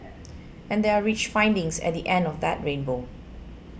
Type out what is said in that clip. and there are rich findings at the end of that rainbow